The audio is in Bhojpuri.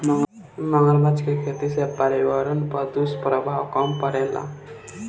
मगरमच्छ के खेती से पर्यावरण पर दुष्प्रभाव कम पड़ेला